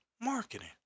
marketing